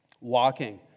walking